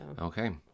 Okay